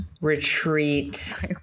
retreat